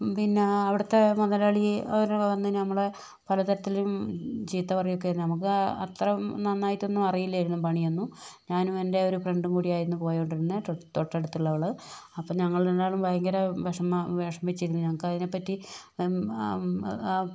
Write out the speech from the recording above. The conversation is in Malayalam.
പിന്നേ അവിടുത്തെ മുതലാളിയെ അവര് വന്ന് നമ്മളെ പലതരത്തിലും ചീത്ത പറയുകയൊക്കെ നമുക്ക് അത്ര നന്നായിട്ടൊന്നും അറിയില്ലായിരുന്നു പണിയൊന്നും ഞാനും എൻ്റെ ഒരു ഫ്രണ്ട് കൂടിയായിരുന്നു പോയിക്കോണ്ടിരുന്നത് തൊട്ടടുത്തുള്ളവൾ അപ്പോൾ ഞങ്ങൾ രണ്ടാളും ഭയങ്കര വിഷമ വിഷമിച്ചിരുന്നു ഞങ്ങൾക്ക് അതിനെ പറ്റി